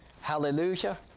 Hallelujah